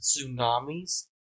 tsunamis